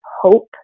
hope